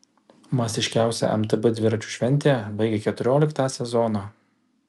masiškiausia mtb dviračių šventė baigia keturioliktą sezoną